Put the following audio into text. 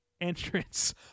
entrance